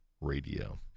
radio